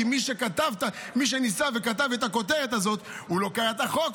כי מי שניסה וכתב את הכותרת הזאת לא קרא את החוק,